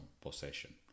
possession